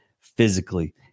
physically